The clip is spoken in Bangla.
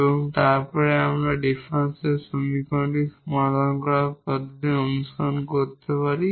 এবং তারপরে আমরা এই ডিফারেনশিয়াল সমীকরণটি সমাধান করার পদ্ধতি অনুসরণ করতে পারি